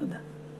תודה.